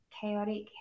Chaotic